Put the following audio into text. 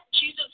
Jesus